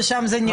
ושם זה נגמר.